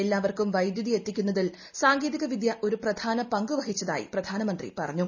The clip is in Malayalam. എല്ലാവർക്കും വൈദ്യുതി എത്തിക്കുന്നതിൽ സാങ്കേതികവിദ്യ ഒരു പ്രധാന പങ്കുവഹിച്ചതായി പ്രധാനമന്ത്രി പറഞ്ഞു